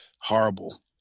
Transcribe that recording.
horrible